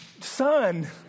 son